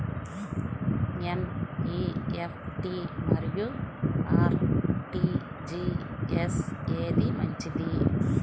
NEFT మరియు RTGS ఏది మంచిది?